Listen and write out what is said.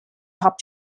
cup